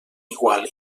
igual